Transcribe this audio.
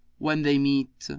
when they meet,